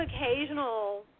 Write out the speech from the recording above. occasional